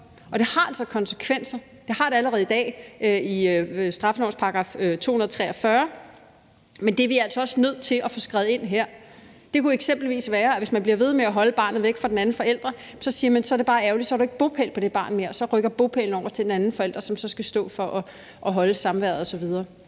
og har altså konsekvenser. Det har det allerede i dag i straffelovens § 243, men det er vi altså også nødt til at få skrevet ind her. Det kunne eksempelvis være, at man, hvis en forælder bliver ved med at holde barnet væk fra den anden forælder, siger: Så er det bare ærgerligt, så har du ikke bopæl med det barn mere; så rykker bopælen over til den anden forælder, som så skal stå for at holde samværet osv.